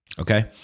Okay